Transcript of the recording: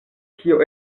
kio